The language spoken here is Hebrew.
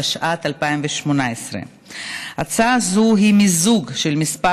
התשע"ט 2018. הצעה זו היא מיזוג של כמה